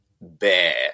bear